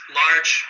large